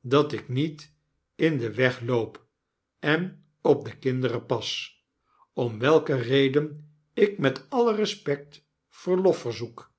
dat ik niet in den weg loop en op de kinderen pas om welke reden ik met alle respect verlof verzoek